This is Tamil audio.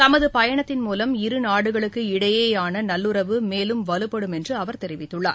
தமதுபயணத்தின் மூலம் இருநாடுகளுக்கு இடையேயானநல்லுறவு மேலும் வலுப்படும் என்றுஅவர் தெரிவித்துள்ளார்